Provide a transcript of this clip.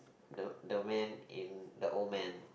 the the man in the old man